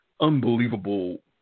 unbelievable